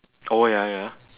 oh ya ya ya